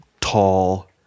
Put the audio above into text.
tall